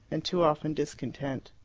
and too often discontent.